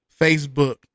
Facebook